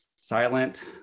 silent